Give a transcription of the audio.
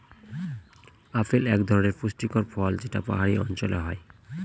apple এক ধরনের পুষ্টিকর ফল যেটা পাহাড়ি অঞ্চলে হয়